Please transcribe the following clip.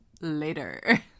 later